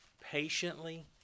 patiently